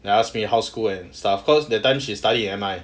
they ask me how school and stuff cause that time she study in M_I